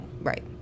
right